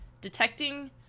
detecting